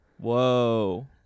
Whoa